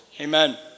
Amen